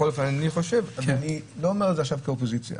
אני לא אומר את זה כאופוזיציה.